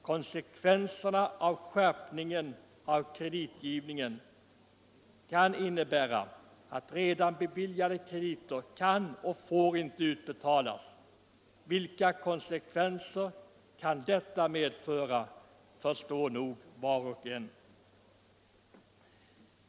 Konsekvenserna av denna skärpning av kreditgivningen blir med andra ord att redan beviljade krediter inte kan och inte får utbetalas, och vilka följder det kan få förstår nog var och en.